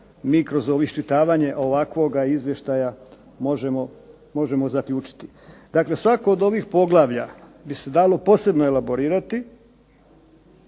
mi kroz ovo iščitavanje ovakvoga izvještaja možemo zaključiti. Dakle, svako od ovih poglavlja bi se dalo posebno elaborirati